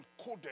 encoded